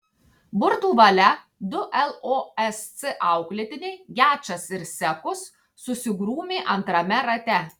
burtų valia du losc auklėtiniai gečas ir sekus susigrūmė antrame rate